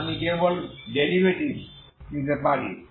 তাহলে আমি কেবল ডেরিভেটিভস নিতে পারি